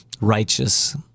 righteous